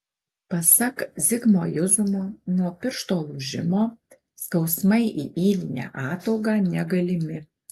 pasak zigmo juzumo nuo piršto lūžimo skausmai į ylinę ataugą negalimi